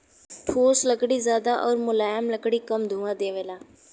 ठोस लकड़ी जादा आउर मुलायम लकड़ी कम धुंआ देवला